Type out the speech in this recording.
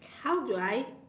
how do I